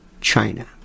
China